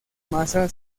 masa